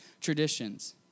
traditions